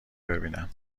ببینم